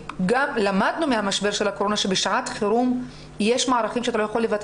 למדנו מהמשבר של הקורונה שבשעת חירום יש מערכים שאתה לא יכול לוותר